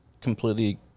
completely